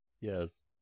Yes